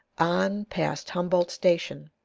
on, past humboldt station,